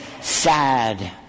sad